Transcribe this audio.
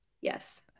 Yes